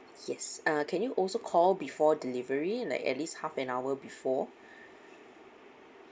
yes uh can you also call before delivery like at least half an hour before